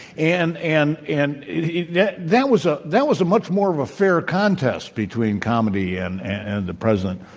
and and and yeah that was ah that was a much more of a fair contest between comedy and and the president.